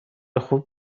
خوب